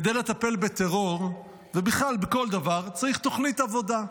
כדי לטפל בטרור ובכלל בכל דבר צריך תוכנית עבודה.